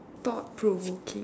thought provoking